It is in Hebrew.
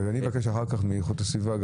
אני מבקש אחר כך מנציג המשרד להגנת הסביבה,